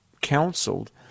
counseled